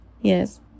Yes